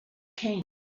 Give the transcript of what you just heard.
came